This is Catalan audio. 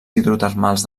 hidrotermals